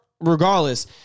regardless